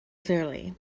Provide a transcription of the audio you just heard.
clearly